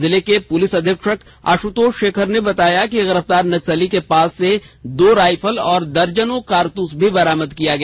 जिले के पुलिस अधीक्षक आश्तोष शेखर ने बताया कि गिरफ़तार नक्सली के पास से दो राइफल और दर्जनों कारतूस भी बरामद किया गया